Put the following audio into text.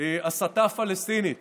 הסתה פלסטינית